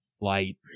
light